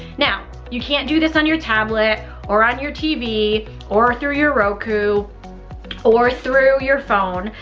now you can't do this on your tablet or on your tv or through your roku or through your phone.